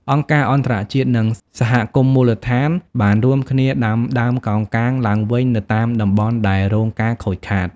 អង្គការអន្តរជាតិនិងសហគមន៍មូលដ្ឋានបានរួមគ្នាដាំដើមកោងកាងឡើងវិញនៅតាមតំបន់ដែលរងការខូចខាត។